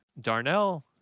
Darnell